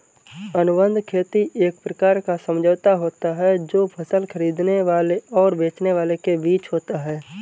अनुबंध खेती एक प्रकार का समझौता होता है जो फसल खरीदने वाले और बेचने वाले के बीच होता है